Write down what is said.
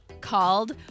called